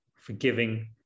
forgiving